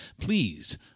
please